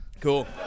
Cool